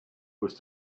was